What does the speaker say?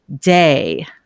day